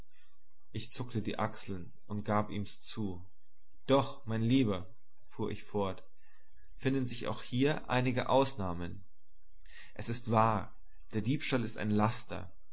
ich zuckte die achseln und gab's ihm zu doch mein lieber fuhr ich fort finden sich auch hier einige ausnahmen es ist wahr der diebstahl ist ein laster